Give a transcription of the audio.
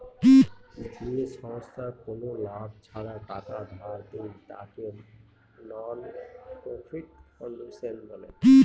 যে সংস্থায় কোনো লাভ ছাড়া টাকা ধার দেয়, তাকে নন প্রফিট ফাউন্ডেশন বলে